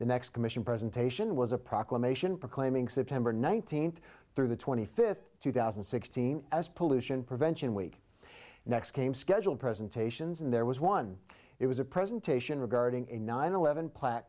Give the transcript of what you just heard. the next commission presentation was a proclamation proclaiming september nineteenth through the twenty fifth two thousand and sixteen as pollution prevention week next came scheduled presentations and there was one it was a presentation regarding a nine eleven plaque